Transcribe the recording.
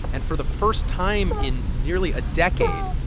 and for the first time in nearly a decade,